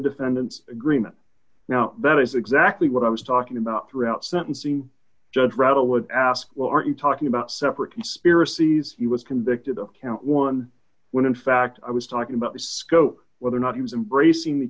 defendant's agreement now that is exactly what i was talking about throughout sentencing judge rather would ask well are you talking about separate conspiracies he was convicted of count one when in fact i was talking about the scope whether or not he was embracing the